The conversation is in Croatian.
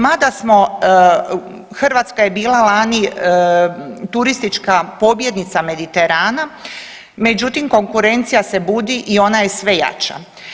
Mada smo, Hrvatska je bila lani turistička pobjednica Mediterana, međutim konkurencija se budi i ona je sve jača.